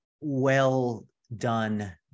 well-done